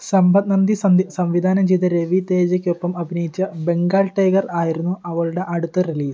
സമ്പത്ത് നൻദി സംവിധാനം സംവിധാനം ചെയ്ത രവി തേജയ്ക്കൊപ്പം അഭിനയിച്ച ബംഗാൾ ടൈഗർ ആയിരുന്നു അവളുടെ അടുത്ത റിലീസ്